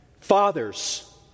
fathers